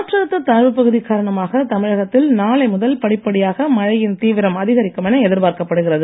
காற்றழுத்த தாழ்வுப் பகுதி காரணமாக தமிழகத்தில் நாளை முதல் படிப்படியாக மழையின் தீவிரம் அதிகரிக்கும் என எதிர்பார்க்கப்படுகிறது